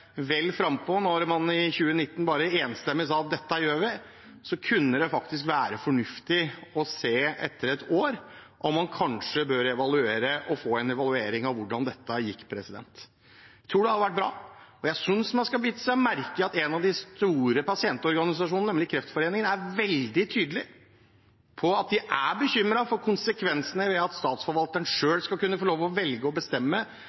vel frampå da man i 2019 bare enstemmig sa at dette gjør vi. Det kunne faktisk være fornuftig å se etter ett år om man bør få en evaluering av hvordan dette gikk. Jeg tror det hadde vært bra. Jeg synes man skal bite seg merke i at en av de store pasientorganisasjonene, nemlig Kreftforeningen, er veldig tydelig på at de er bekymret for konsekvensene ved at Statsforvalteren selv skal kunne få lov til å velge og bestemme